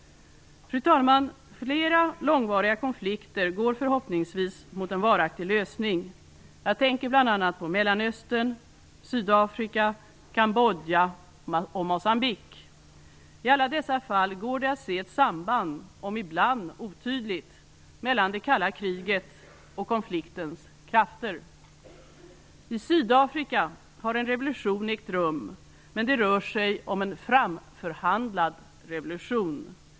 Fru talman! Flera långvariga konflikter går förhoppningsvis mot en varaktig lösning. Jag tänker bl.a. på Mellanöstern, Sydafrika, Cambodja och Moçambique. I alla dessa fall går det att se ett samband, om än ibland otydligt, mellan det kalla kriget och konfliktens krafter. I Sydafrika har en revolution ägt rum, men det rör sig om en framförhandlad revolution.